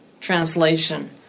translation